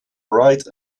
right